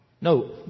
No